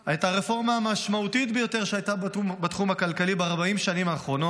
את הרפורמה המשמעותית ביותר שהייתה בתחום הכלכלי ב-40 השנים האחרונות,